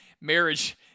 Marriage